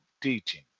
teaching